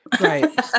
Right